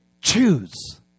choose